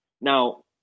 Now